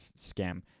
scam